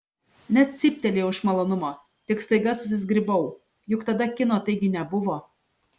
net cyptelėjau iš malonumo tik staiga susizgribau juk tada kino taigi nebuvo